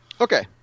okay